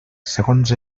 segons